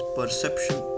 perception